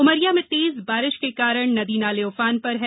उमरिया में तेज बारिश के कारण नदी नाले उफान पर हैं